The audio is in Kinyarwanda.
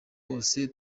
wose